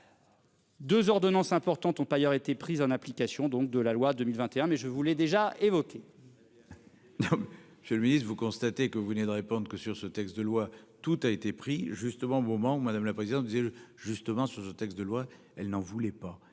2 ordonnances importantes ont ailleurs été prise en application donc de la loi 2021 mais je voulais déjà évoqué. Je le Ministre vous constatez que vous venez de répondent que sur ce texte de loi. Tout a été pris justement au moment où Madame la présidente disait justement sur ce texte de loi, elle n'en voulait pas,